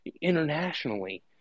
internationally